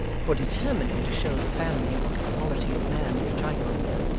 for determining to show the family what quality of man they trifled with,